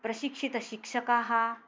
प्रशिक्षितशिक्षकाः